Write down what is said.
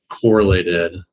correlated